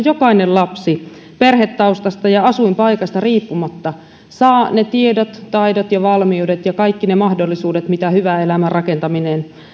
jokainen lapsi perhetaustasta ja asuinpaikasta riippumatta saa ne tiedot taidot ja valmiudet ja kaikki ne mahdollisuudet mitä hyvän elämän rakentaminen